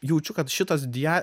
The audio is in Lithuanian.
jaučiu kad šitas dia